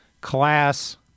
class